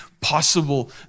possible